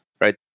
right